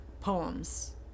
poems